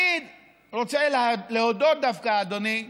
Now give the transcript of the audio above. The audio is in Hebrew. אני רוצה להודות דווקא, אדוני,